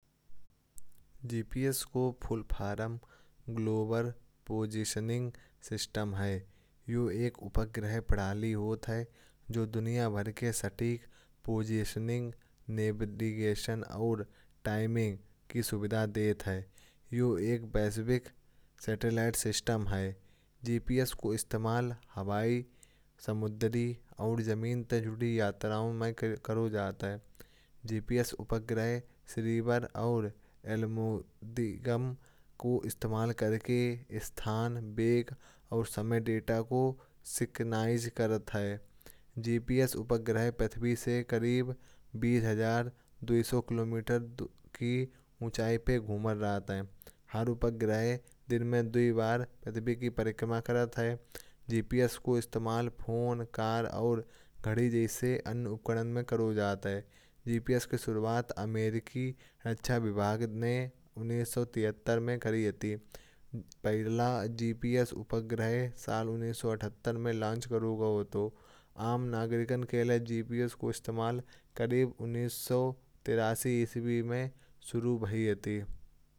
जीपीएस का full form global positioning system है। यह एक उपग्रह प्रणाली होती है। जो दुनिया भर के सही पोजीशनिंग, नेविगेशन, और टाइमिंग की सुविधा देती है। यह एक वैश्विक सैटेलाइट सिस्टम है। जीपीएस का इस्तेमाल हवाई, समुद्री, और जमीन से जुड़ी छत्राओं में किया जाता है। जीपीएस, उपग्रह, रिसीवर, और एल्गोरिदम का इस्तेमाल करके। स्थल और समय डेटा को सिंक्रोनाइज करता है। जीपीएस उपग्रह पृथ्वी से करीब बीस हजार दो सौ किलोमीटर की ऊँचाई पर घूमते हैं। हर उपग्रह दिन में दो बार पृथ्वी की परिक्रमा करता है। जीपीएस का इस्तेमाल फोन, कार, और घड़ी जैसे अन्य उपकरणों में किया जाता है। जीपीएस की शुरुआत अमेरिकन डिफेंस डिपार्टमेंट ने उन्नीस सौ तिहत्तर में की थी। पहला जीपीएस उपग्रह साल उन्नीस सौ अठत्तर में लॉन्च किया गया था। और आम नागरिक के लिए जीपीएस का इस्तेमाल करीब उन्नीस सौ तिरासी में शुरू हुआ था।